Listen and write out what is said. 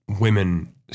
women